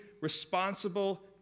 responsible